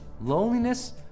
loneliness